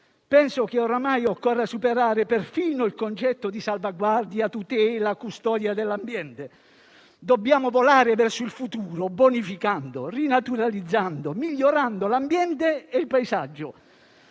che oramai occorra superare perfino il concetto di salvaguardia, tutela e custodia dell'ambiente. Dobbiamo volare verso il futuro, bonificando, rinaturalizzando e migliorando l'ambiente e il paesaggio.